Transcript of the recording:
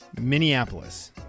Minneapolis